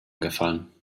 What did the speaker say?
gefallen